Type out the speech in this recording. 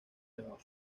mejor